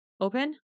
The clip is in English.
Open